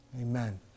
Amen